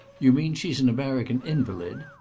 you mean she's an american invalid?